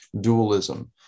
dualism